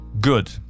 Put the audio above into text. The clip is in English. Good